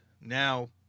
Now